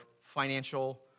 financial